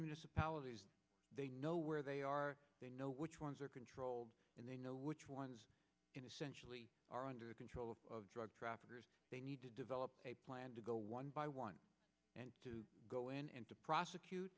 municipalities they know where they are they know which ones are controlled and they know which ones in essentially are under control of drug traffickers they need to develop a plan to go one by one and to go in and to prosecute